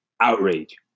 outrage